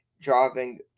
driving